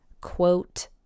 quote